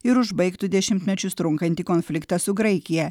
ir užbaigtų dešimtmečius trunkantį konfliktą su graikija